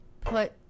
put